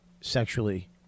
sexually